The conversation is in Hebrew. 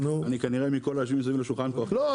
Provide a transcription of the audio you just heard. אני כנראה מכל היושבים סביב לשולחן פה -- לא,